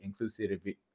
inclusivity